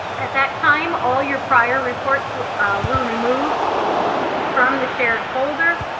at that time, all your prior reports were were removed from the shared folder.